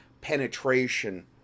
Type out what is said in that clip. penetration